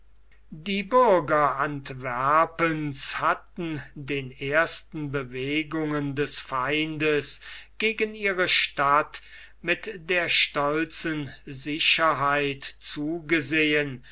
die bürger antwerpens hatten den ersten bewegungen des feindes gegen ihre stadt mit der stolzen sicherheit zugesehen